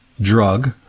drug